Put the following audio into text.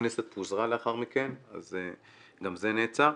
הכנסת פוזרה לאחר מכן, אז גם זה נעצר.